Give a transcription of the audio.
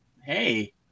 hey